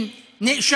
עורכי דין, נאשם,